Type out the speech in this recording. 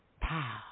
Pow